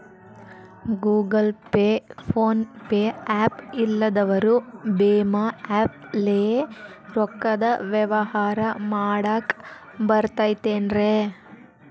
Google Pay, PhonePe app ಇಲ್ಲದವರು ಭೇಮಾ app ಲೇ ರೊಕ್ಕದ ವ್ಯವಹಾರ ಮಾಡಾಕ್ ಬರತೈತೇನ್ರೇ?